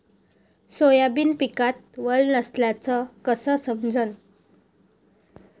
Soybean पिकात वल नसल्याचं कस समजन?